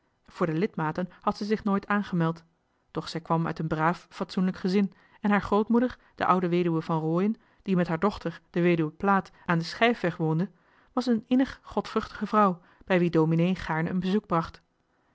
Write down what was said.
voor de lidmaten had zij zich nooit aangemeld doch zij kwam uit een braaf fatsoenlijk gezin en hare grootmoeder de oude weduwe van rooien die met haar dochter de weduwe plaat aan den schijfweg woonde was eene innig godvruchtige vrouw bij wie dominee gaarne een bezoek bracht